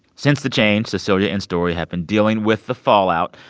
since the change, cecilia and story have been dealing with the fallout.